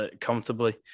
comfortably